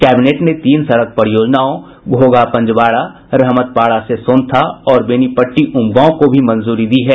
cabinet ने तीन सड़क परियोजनाओं घोघा पंजवाड़ा रहमतपाड़ा से सोनथा और बेनीपट्टी उमगांव को भी मंजूरी दी है